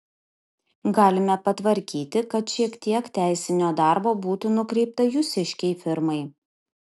galime patvarkyti kad šiek tiek teisinio darbo būtų nukreipta jūsiškei firmai